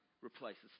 replaces